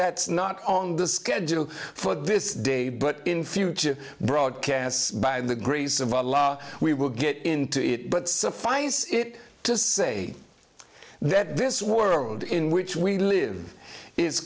that's not on the schedule for this day but in future broadcasts by the grace of allah we will get into it but suffice it to say that this world in which we live i